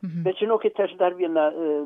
bet žinokit aš dar vieną